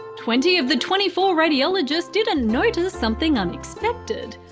twenty of the twenty four radiologists didn't notice something unexpected,